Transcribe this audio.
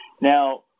Now